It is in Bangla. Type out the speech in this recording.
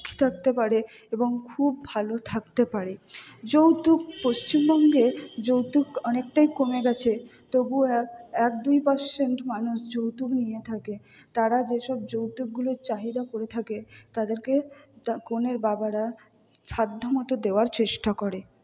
সুখী থাকতে পারে এবং খুব ভালো থাকতে পারে যৌতুক পশ্চিমবঙ্গে যৌতুক অনেকটাই কমে গেছে তবুও এক এক দুই পারসেন্ট মানুষ যৌতুক নিয়ে থাকে তারা যে সব যৌতুকগুলোর চাহিদা করে থাকে তাদেরকে তা কনের বাবারা সাধ্য মতো দেওয়ার চেষ্টা করে